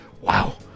wow